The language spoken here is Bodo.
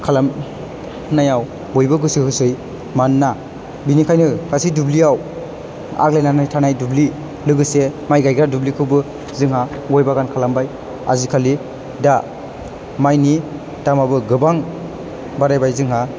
खालाम नायाव बयबो गोसो होसै मानोना बिनिखायनो गासै दुब्लियाव आग्लायनानै थानाय दुब्लि लोगोसे माइ गाइग्रा दुब्लिखौबो जोंहा गय बागान खालामबाय आजिखालि दा माइनि दामआबो गोबां बारायबाय जोंहा